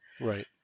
right